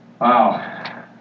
Wow